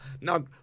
Now